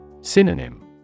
Synonym